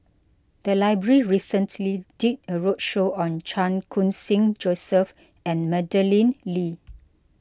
the library recently did a roadshow on Chan Khun Sing Joseph and Madeleine Lee